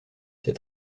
ses